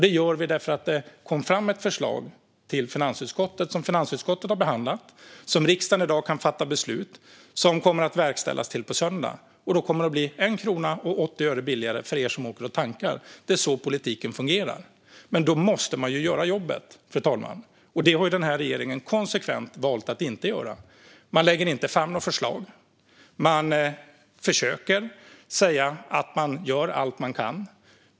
Det gör vi därför att det kom ett förslag till finansutskottet. Finansutskottet har behandlat det, och riksdagen kan i dag fatta beslut om det. Det kommer att verkställas till på söndag. Då kommer det att bli 1 krona och 80 öre billigare för er som åker och tankar. Det är så politiken fungerar. Men då måste man göra jobbet, fru talman. Den här regeringen har konsekvent valt att inte göra det. Man lägger inte fram några förslag. Man försöker säga att man gör allt man kan.